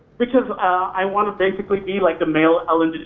because i want to basically be like the male ellen